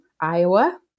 Iowa